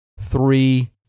three